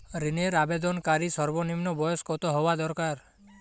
ঋণের আবেদনকারী সর্বনিন্ম বয়স কতো হওয়া দরকার?